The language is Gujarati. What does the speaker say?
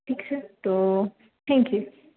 ઠીક છે તો થૅન્કયુ